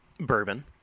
bourbon